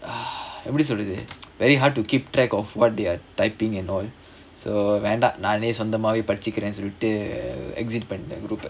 எப்படி சொல்றது:eppadi solrathu very hard to keep track of what they're typing and all so வேண்டா நானே சொந்தமாவே படிசுக்ரேனு சொல்லிட்டு:vendaa naanae sonthamaavae padichukraenu sollitu exit பண்ணிட்டேன்:pannittaen group